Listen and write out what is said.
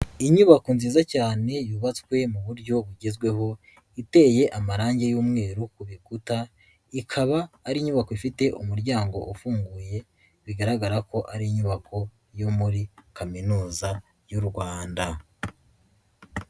Inyubako nziza cyane yubatswe mu buryo bugezweho, iteye amarangi y'umweru ku bikuta, ikaba ari inyubako ifite umuryango ufunguye, bigaragara ko ari inyubako yo muri kaminuza y'u Rwanda.